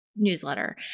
newsletter